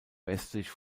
westlich